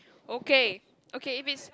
okay okay if it's